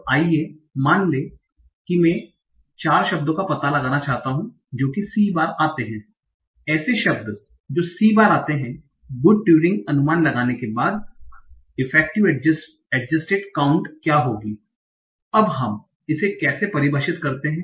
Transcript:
तो आइए मान लें कि मैं चार शब्दों का पता लगाना चाहता हूं जो कि c बार आते हैं ऐसे शब्द जो c बार आते हैं गुड ट्यूरिंग अनुमान लगाने के बाद इफेक्टिव अड्जस्टेड काउंट क्या होगी अब हम इसे कैसे परिभाषित करते हैं